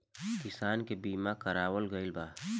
किसान के बीमा करावल गईल बा